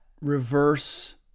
reverse